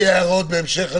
אם יהיו הערות בהמשך הדרך,